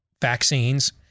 vaccines